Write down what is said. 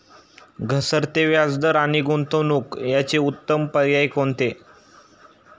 घसरते व्याजदर आणि गुंतवणूक याचे उत्तम पर्याय कोणते?